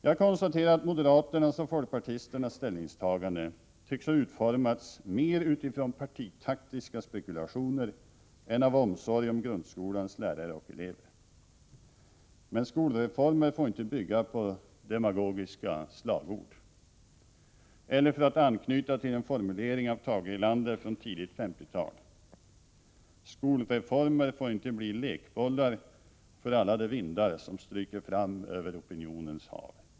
Jag konstaterar att moderaternas och folkpartisternas ställningstaganden tycks ha utformats mer utifrån partitaktiska spekulationer än av omsorg om grundskolans lärare och elever. Men skolreformer får inte bygga på demagogiska slagord. Eller för att anknyta till en formulering av Tage Erlander från tidigt 1950-tal — skolreformer får inte bli lekbollar för alla de vindar som stryker fram över opinionens hav.